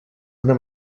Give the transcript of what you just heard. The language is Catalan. una